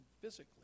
physically